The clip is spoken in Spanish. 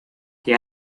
que